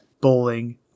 bowling